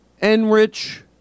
Enrich